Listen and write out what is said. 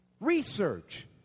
Research